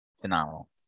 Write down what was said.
Phenomenal